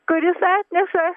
kuris atneša